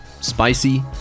spicy